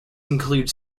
include